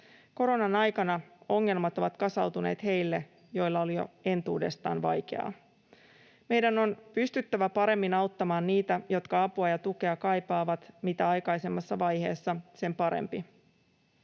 Koronan aikana ongelmat ovat kasautuneet heille, joilla oli jo entuudestaan vaikeaa. Meidän on pystyttävä paremmin auttamaan niitä, jotka apua ja tukea kaipaavat, mitä aikaisemmassa vaiheessa, sen parempi.